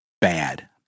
bad